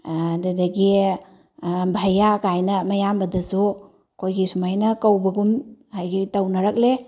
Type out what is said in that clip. ꯑꯗꯨꯗꯒꯤ ꯚꯩꯌꯥ ꯀꯥꯏꯅ ꯃꯌꯥꯝꯕꯗꯁꯨ ꯑꯩꯈꯣꯏꯒꯤ ꯁꯨꯃꯥꯏꯅ ꯀꯧꯕꯒꯨꯝ ꯍꯥꯏꯗꯤ ꯇꯧꯅꯔꯛꯂꯦ